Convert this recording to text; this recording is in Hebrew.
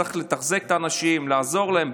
צריך לתחזק את האנשים ולעזור להם,